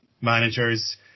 managers